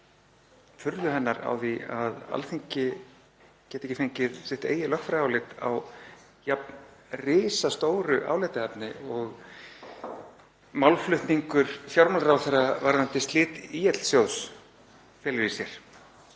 furðu hennar á því að Alþingi geti ekki fengið sitt eigið lögfræðiálit á jafn risastóru álitaefni og málflutningur fjármálaráðherra varðandi slit ÍL-sjóðs felur í sér.